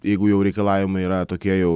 jeigu jau reikalavimai yra tokie jau